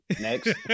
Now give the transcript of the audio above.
Next